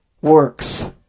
works